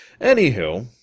Anywho